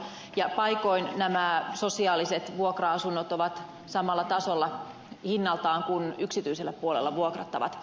ja paikoin nämä sosiaaliset vuokra asunnot ovat samalla tasolla hinnaltaan kuin yksityisellä puolella vuokrattavat